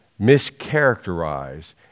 mischaracterize